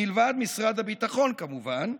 מלבד משרד הביטחון כמובן,